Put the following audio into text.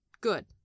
Good